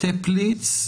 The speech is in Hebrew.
טפליץ,